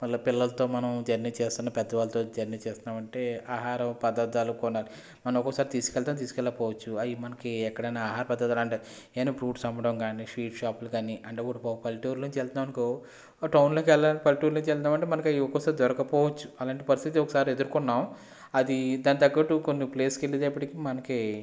మల్ల పిల్లలతో మనం జర్నీ చేస్తున్న మళ్ళీ పెద్దవాళ్లతో జర్నీ చేస్తున్నామంటే ఆహార పదార్థాలు కొన్ని మనం ఒక్కోసారి తీసుకెళ్తాం తీసుకెళ్ళకపోవచ్చు అవి మనకు ఎక్కడైనా ఆహార పదార్థాలు అంటే ఏదైనా ఫ్రూట్స్ అమ్మడం కానీ లేక స్వీట్ షాపులు కానీ అంటే ఇప్పుడు పల్లెటూరిలో నుంచి వెళ్తున్నాం అనుకో అవి ఒక్కొక్కసారి దొరక్కపోవచ్చు అలాంటి పరిస్థితి ఒకసారి ఎదుర్కొన్నాం అది దానికి తగ్గట్టు కొన్ని ప్లేస్ కి వెళ్లేటప్పుడు మనకి